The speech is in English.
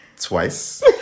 twice